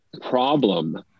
problem